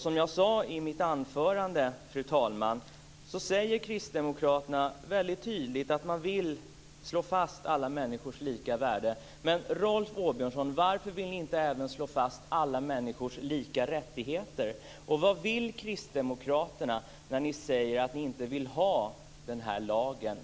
Som jag sade i mitt huvudanförande, fru talman, säger Kristdemokraterna väldigt tydligt att man vill slå fast alla människors lika värde. Men, Rolf Åbjörnsson, varför vill ni inte även slå fast alla människors lika rättigheter och vad vill ni kristdemokrater när ni säger att ni inte vill ha den här lagen?